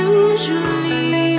usually